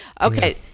okay